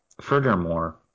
furthermore